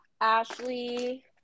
Ashley